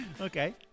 Okay